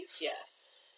Yes